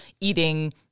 eating